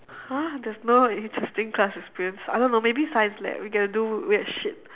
!huh! there's no interesting class experience I don't know maybe science lab we get to do weird shit